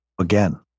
Again